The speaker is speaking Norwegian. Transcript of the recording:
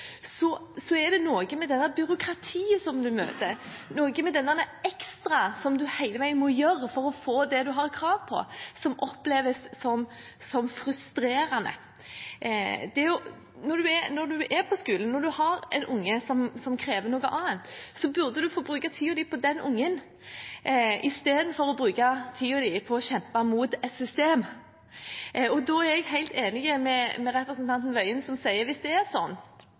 veien må gjøre for å få det man har krav på, som oppleves som frustrerende. Når man er på skolen, når man har en unge som krever noe av en, burde man få bruke tiden sin på den ungen istedenfor å bruke tiden sin på å kjempe mot et system. Da er jeg helt enig med representanten Tingelstad Wøien, som sier at hvis det er sånn